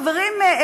חברים,